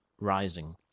rising